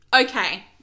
Okay